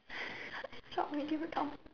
stop making me laugh